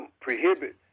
prohibit